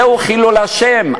זהו חילול השם.